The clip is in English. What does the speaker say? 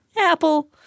Apple